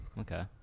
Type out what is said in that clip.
okay